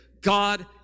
God